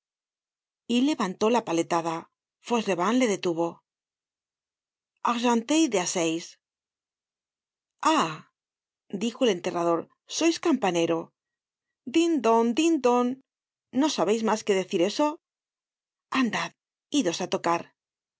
y levantó la paletada fauchelevent le detuvo argenteuil de á seis ah dijo el enterrador sois campanero din don din don no sabeis mas que decir eso andad idos á tocar y